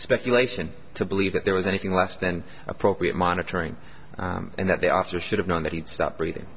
speculation to believe that there was anything less than appropriate monitoring and that they after should have known that he'd stop breathing